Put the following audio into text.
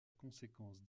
conséquence